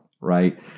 right